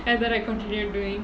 and then I continued doing